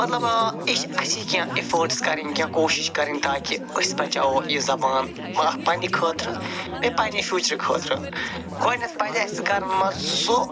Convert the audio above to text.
مطلب یہِ چھِ اَسی کیٚنٛہہ اِفٲٹٕس کَرٕنۍ کیٚنٛہہ کوٗشِش کَرٕنۍ تاکہِ أسۍ بَچاوو یہِ زبان پنٛنہِ خٲطرٕ بیٚیہِ پنٛنہِ فیوٗچرٕ خٲطرٕ گۄڈنٮ۪تھ پَزِ اَسہِ گَرَن منٛز سُہ